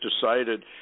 decided